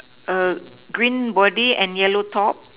err green body and yellow top